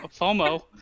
FOMO